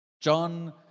John